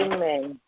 Amen